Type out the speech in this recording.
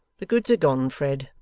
the goods are gone, fred,